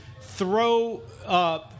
throw